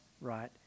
right